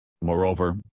Moreover